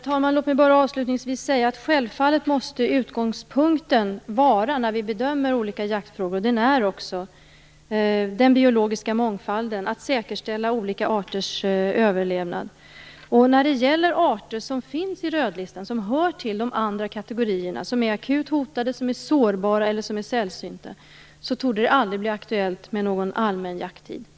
Herr talman! Låt mig bara avslutningsvis säga att utgångspunkten när vi bedömer olika jaktfrågor självfallet måste vara, och också är, den biologiska mångfalden och att säkerställa olika arters överlevnad. För de arter som finns i rödlistan eller som hör till de andra kategorierna - akut hotade, sårbara eller sällsynta - torde det aldrig bli aktuellt med någon allmän jakttid.